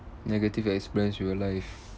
negative experience with your life